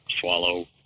swallow